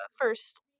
first